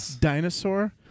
dinosaur